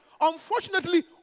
unfortunately